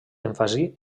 èmfasi